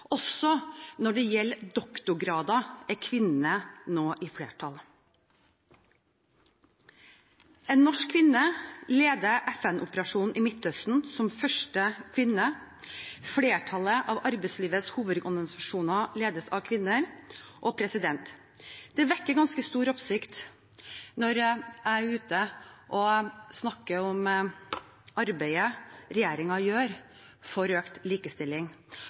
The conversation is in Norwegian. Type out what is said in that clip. Også når det gjelder doktorgrader, er kvinnene nå i flertall. En norsk kvinne leder FN-operasjonen i Midtøsten, som første kvinne. Flertallet av arbeidslivets hovedorganisasjoner ledes av kvinner. I utlandet vekker det ganske stor oppsikt når jeg snakker om arbeidet regjeringen gjør for økt likestilling,